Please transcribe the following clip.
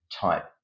type